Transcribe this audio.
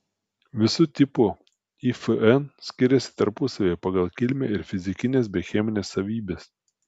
visų tipų ifn skiriasi tarpusavyje pagal kilmę ir fizikines bei chemines savybes